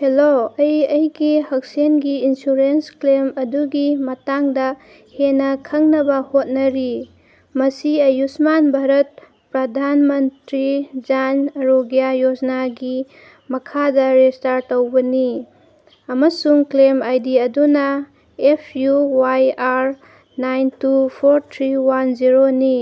hello ꯑꯩ ꯑꯩꯒꯤ ꯍꯛꯁꯦꯜꯒꯤ ꯏꯟꯁꯨꯔꯦꯟꯁ ꯀ꯭ꯂꯦꯝ ꯑꯗꯨꯒꯤ ꯃꯇꯥꯡꯗ ꯍꯦꯟꯅ ꯈꯪꯅꯕ ꯍꯣꯠꯅꯔꯤ ꯃꯁꯤ ꯑꯌꯨꯁꯃꯥꯟ ꯚꯥꯔꯠ ꯄ꯭ꯔꯙꯥꯟ ꯃꯟꯇ꯭ꯔꯤ ꯖꯥꯟ ꯑꯔꯣꯒ꯭ꯌꯥ ꯌꯣꯖꯅꯥꯒꯤ ꯃꯈꯥꯗ ꯔꯦꯖꯤꯁꯇꯔ ꯇꯧꯕꯅꯤ ꯑꯃꯁꯨꯡ ꯀ꯭ꯂꯦꯝ ꯑꯥꯏ ꯗꯤ ꯑꯗꯨꯅ F U Y R nine two four three one ꯖꯦꯔꯣꯅꯤ